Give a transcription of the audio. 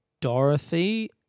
Dorothy